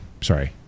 sorry